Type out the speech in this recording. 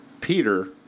Peter